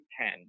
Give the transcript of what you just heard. ten